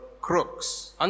crooks